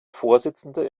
vorsitzender